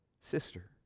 sister